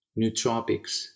nootropics